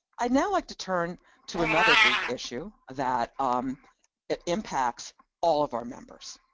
i'd now like to turn to another big issue that um ah impacts all of our members,